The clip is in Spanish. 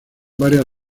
varias